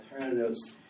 alternatives